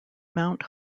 mount